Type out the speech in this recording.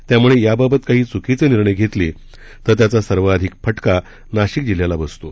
त्यामुळे याबाबत काही चुकीचे निर्णय घेतले तर त्याचा सर्वाधिक फटका नाशिक जिल्ह्याला बसतो